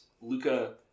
Luca